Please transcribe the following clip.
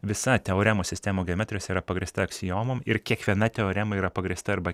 visa teoremų sistemą geometrijos yra pagrįsti aksiomom ir kiekviena teorema yra pagrįsta arba